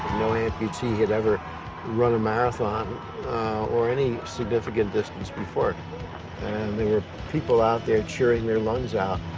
no amputee had ever run a marathon or any significant distance before. and there were people out there cheering their lungs out.